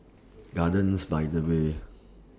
Gardens By The Bay